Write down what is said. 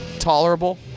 Tolerable